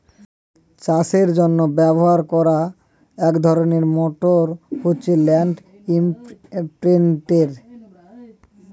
চাষের জন্য ব্যবহার করা এক ধরনের মোটর হচ্ছে ল্যান্ড ইমপ্রিন্টের